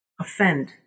offend